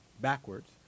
backwards